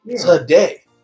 today